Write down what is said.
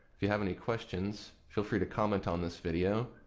if you have any questions, feel free to comment on this video.